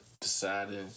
deciding